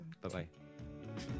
Bye-bye